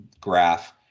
graph